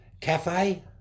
cafe